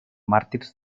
màrtirs